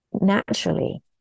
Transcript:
naturally